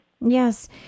Yes